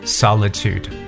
solitude